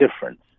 difference